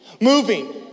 moving